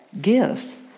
gifts